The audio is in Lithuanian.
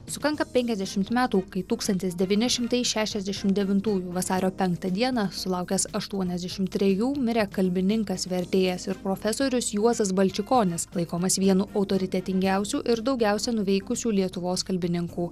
sukanka penkiasdešimt metų kai tūkstantis devyni šimtai šešiasdešimt devintųjų vasario penktą dieną sulaukęs aštuoniasdešimt trejų mirė kalbininkas vertėjas ir profesorius juozas balčikonis laikomas vienu autoritetingiausių ir daugiausia nuveikusių lietuvos kalbininkų